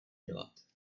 dělat